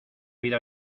vida